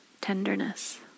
tenderness